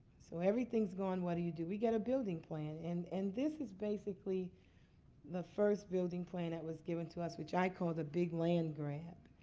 so everything's gone. what do you do? we get a building plan. and and this is basically the first building plan that was given to us, which i called the big land grab.